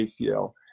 acl